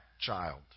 child